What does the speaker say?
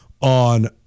on